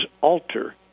alter